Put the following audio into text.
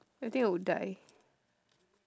I think I would die